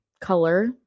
color